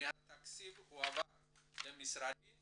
מהתקציב הועבר למשרדים